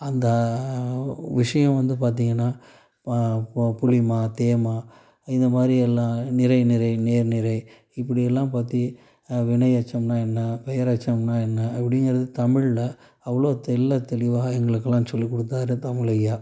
அந்த விஷயம் வந்து பார்த்திங்கனா ப புளிமா தேமா இந்தமாதிரி எல்லாம் நிரை நிரை நேர் நிரை இப்படியெல்லாம் பற்றி வினையெச்சம்னா என்ன பெயரெச்சம்னா என்ன அப்படிங்கறது தமிழ்ல அவ்வளோ தெள்ளத்தெளிவாக எங்களுக்கெலாம் சொல்லிக்கொடுத்தாரு தமிழ் ஐயா